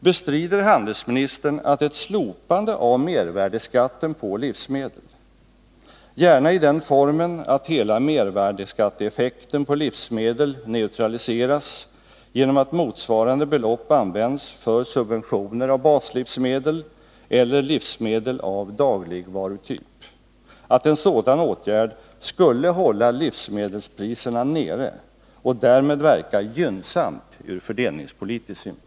Bestrider handelsministern att ett slopande av mervärdeskatten på livsmedel, gärna i den formen att hela mervärdeskatteeffekten på livsmedel neutraliseras genom att motsvarande belopp används för subventioner av baslivsmedel eller livsmedel av dagligvarutyp, skulle hålla livsmedelspriserna nere och därmed verka gynnsamt ur fördelningspolitisk synpunkt?